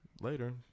Later